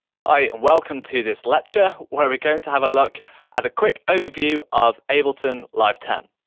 hi, and welcome to this lecture, where we're going to have a look at the quick overview of ableton live ten.